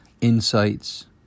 insights